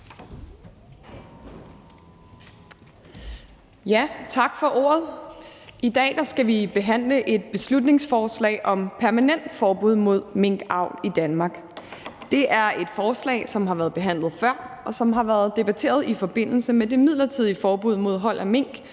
(S): Tak for ordet. I dag skal vi behandle et beslutningsforslag om et permanent forbud mod minkavl i Danmark. Det er et forslag, som har været behandlet før, og som har været debatteret i forbindelse med det midlertidige forbud mod hold af mink,